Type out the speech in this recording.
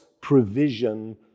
provision